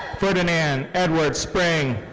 ferdinand edward spring.